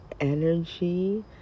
energy